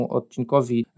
odcinkowi